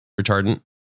retardant